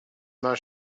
not